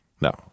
No